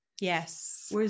Yes